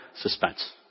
suspense